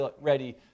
ready